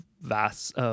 vast